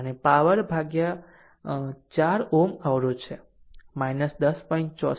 અને પાવર 4 Ω અવરોધ છે 10